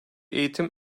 eğitim